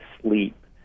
sleep